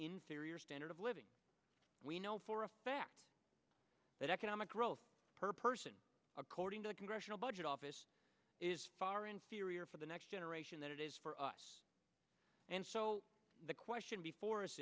inferior standard of living we know for a fact that economic growth per person according to the congressional budget office is far inferior for the next generation that is for us and so the question before us